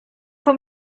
for